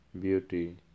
beauty